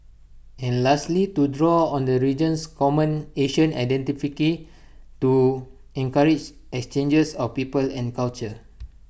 and lastly to draw on the region's common Asian identity to encourage exchanges of people and culture